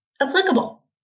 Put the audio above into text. applicable